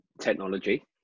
technology